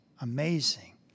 Amazing